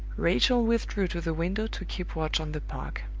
rachel withdrew to the window to keep watch on the park.